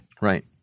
Right